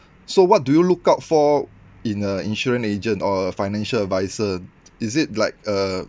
so what do you look out for in a insurance agent or a financial advisor is it like a